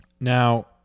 Now